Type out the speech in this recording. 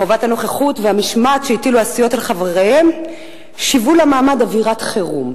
חובת הנוכחות והמשמעת שהטילו הסיעות על חבריהן שיוו למעמד אווירת חירום,